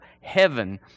heaven